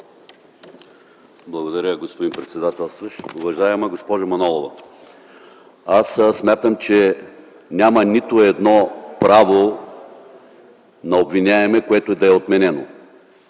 Благодаря, господин председателстващ. Уважаема госпожо Манолова, смятам, че няма нито едно право на обвиняемия, което да е отменено.